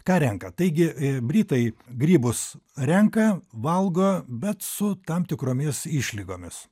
ką renka taigi britai grybus renka valgo bet su tam tikromis išlygomis